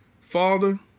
Father